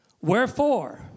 Wherefore